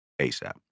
ASAP